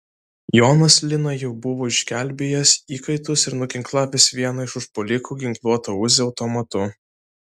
jonas lina jau buvo išgelbėjęs įkaitus ir nuginklavęs vieną iš užpuolikų ginkluotą uzi automatu